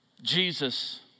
Jesus